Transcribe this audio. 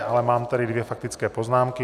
Ale mám tady dvě faktické poznámky.